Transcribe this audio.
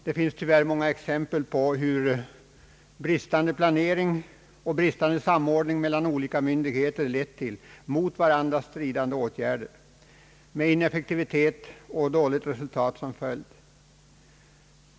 Det finns tyvärr många exempel på hur bristande planering och bristande samordning mellan olika myndigheter har lett till mot varandra stridande åtgärder, med ineffektivitet och dåligt resultat som följd.